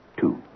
Two